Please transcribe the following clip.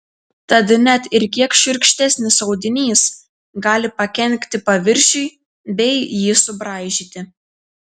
tad net ir kiek šiurkštesnis audinys gali pakenkti paviršiui bei jį subraižyti